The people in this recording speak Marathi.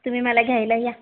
तुम्ही मला घ्यायला या